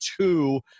two